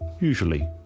usually